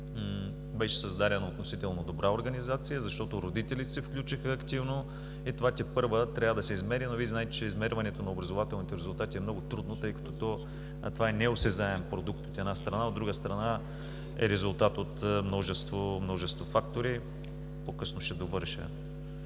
беше създадена относително добра организация, защото родителите се включиха активно и това тепърва трябва да се измери. Но Вие знаете, че измерването на образователните резултати е много трудно, тъй като това е неосезаем продукт, от една страна, от друга страна, е резултат от множество фактори. По-късно ще довърша